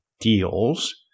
deals